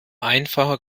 einfacher